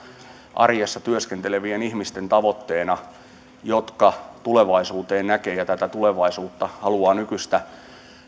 arjessa työskentelevien ihmisten tavoitteena jotka tulevaisuuteen näkevät ja tätä tulevaisuutta haluavat nykyistä